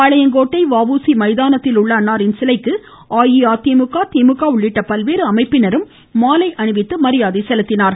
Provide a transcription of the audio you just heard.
பாளையங்கோட்டை வஉசி மைதானத்தில் உள்ள அன்னாரின் சிலைக்கு அஇஅதிமுக திமுக உள்ளிட்ட பல்வேறு அமைப்பினரும் மாலை அணிவித்து மரியாதை செலுத்தினார்கள்